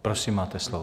Prosím, máte slovo.